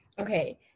okay